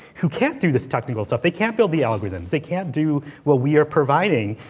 who can't do this technical stuff, they can't build the algorithms, they can't do what we are providing.